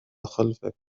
خلفك